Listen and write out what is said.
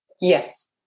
yes